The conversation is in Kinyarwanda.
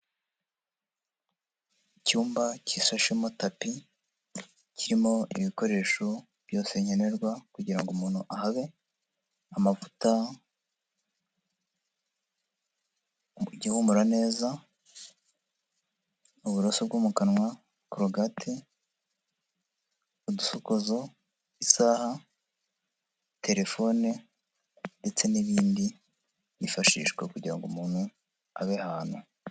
Icyumba gisashemo tapi kirimo ibikoresho byose nkenerwa kugirango ahabe, amavuta, igihumura neza, uburoso na kologate, udusokozo, isaha, telefone, ndetse n'ibindi byifashishwa kugira ngo umuntu abe ahantu.